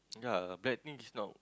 yea bad thing is not